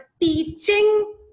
teaching